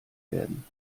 werden